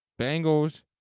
Bengals